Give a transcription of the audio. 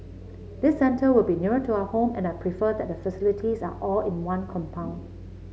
this centre will be nearer to our home and I prefer that the facilities are all in one compound